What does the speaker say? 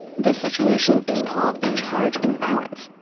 this situation is called a charge imbalance,